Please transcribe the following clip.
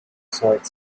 sort